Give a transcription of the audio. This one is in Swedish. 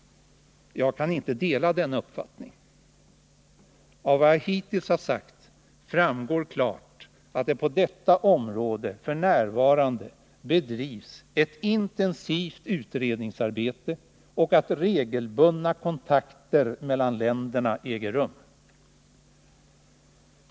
Jag kan inte dela denna uppfattning. Av vad jag hittills har sagt framgår klart, att det på detta område f.n. bedrivs ett intensivt utredningsarbete och att regelbundna kontakter mellan de nordiska länderna äger rum.